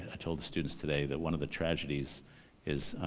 i told the students today, that one of the tragedies is,